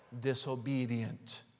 disobedient